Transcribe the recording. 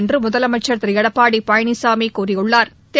என்று முதலமைச்சா் திரு எடப்பாடி பழனிசாமி கூறியுள்ளாா்